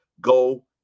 go